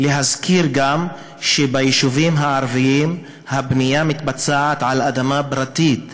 נזכיר גם שביישובים הערביים הבנייה נעשית על אדמה פרטית,